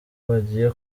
bagiye